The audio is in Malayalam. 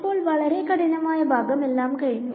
അപ്പോൾ വളരെ കഠിനമായ ഭാഗം എല്ലാം കഴിഞ്ഞു